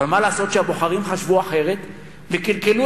אבל מה לעשות שהבוחרים חשבו אחרת וקלקלו